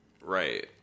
Right